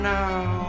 now